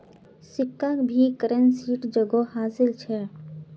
सिक्काक भी करेंसीर जोगोह हासिल छ